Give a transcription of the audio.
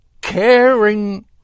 caring